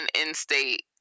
in-state